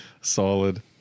Solid